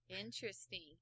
Interesting